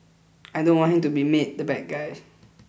I don't want him to be made the bad guys